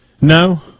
No